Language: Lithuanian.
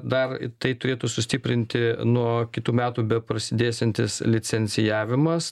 dar tai turėtų sustiprinti nuo kitų metų beprasidėsiantis licencijavimas